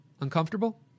uncomfortable